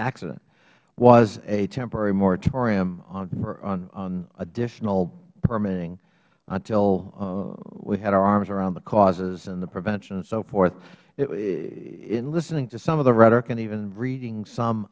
accident was a temporary moratorium on additional permitting until we had our arms around the causes and the prevention and so forth in listening to some of the rhetoric and even reading some